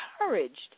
encouraged